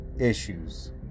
issues